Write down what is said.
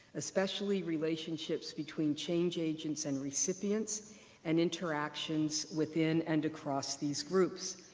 especially relationships between change agents and recipients and interactions within and across these groups.